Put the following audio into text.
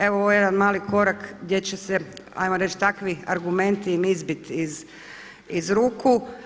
Evo ovo je jedan mali korak gdje će se ajmo reći takvi argumenti im izbiti iz ruku.